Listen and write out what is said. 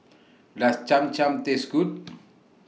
Does Cham Cham Taste Good